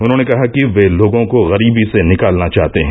उन्होंने कहा कि वे लोगों को गरीबी से निकालना चाहते हैं